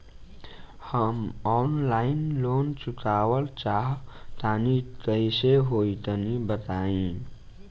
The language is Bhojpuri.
हम आनलाइन लोन चुकावल चाहऽ तनि कइसे होई तनि बताई?